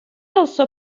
also